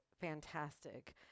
fantastic